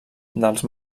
dels